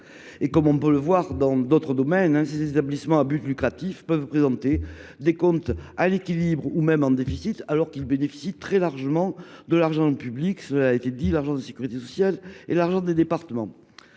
Comme on le constate dans d’autres domaines, ces établissements à but lucratif peuvent présenter des comptes à l’équilibre, voire en déficit, alors qu’ils bénéficient très largement de l’argent public, de l’argent de la sécurité sociale et de l’argent des départements.